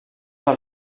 del